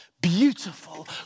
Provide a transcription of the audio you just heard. beautiful